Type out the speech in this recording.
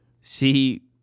see –